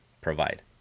provide